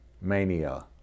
mania